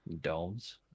domes